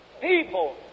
people